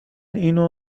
اینو